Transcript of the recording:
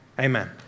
Amen